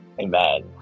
Amen